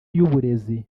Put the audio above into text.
y’uburezi